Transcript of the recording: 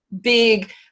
big